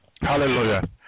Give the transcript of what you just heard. Hallelujah